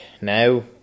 now